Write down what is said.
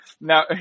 now